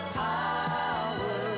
power